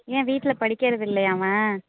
ஏன் வீட்டில் படிக்கிறதில்லையா அவன்